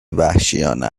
وحشیانه